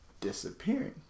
disappearing